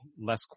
less